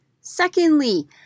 Secondly